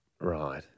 Right